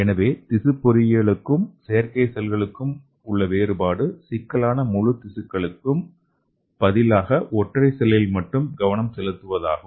எனவே திசு பொறியியலுக்கும் செயற்கை செல்களுக்கும் உள்ள வேறுபாடு சிக்கலான முழு திசுக்களுக்கு பதிலாக ஒற்றை செல்லில் மட்டும் கவனம் செலுத்துவதாகும்